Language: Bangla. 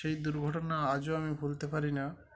সেই দুর্ঘটনা আজও আমি ভুলতে পারি না